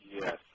Yes